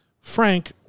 Frank